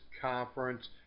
conference